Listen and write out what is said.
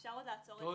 מישהו אמר לנו